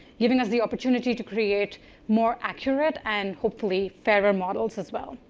giving us the opportunity to create more accurate and hopefully fairer models as well.